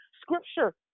scripture